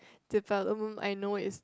development I know is